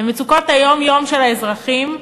למצוקות היום-יום של האזרחים,